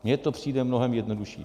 Mně to přijde mnohem jednodušší.